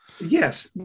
yes